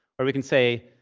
or we can say,